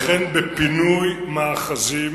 לכן, בפינוי מאחזים